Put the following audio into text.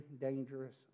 dangerous